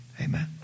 amen